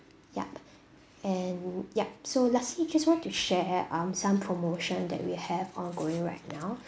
yup and yup so lastly just want to share um some promotion that we have ongoing right now